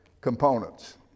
components